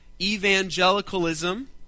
evangelicalism